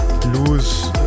lose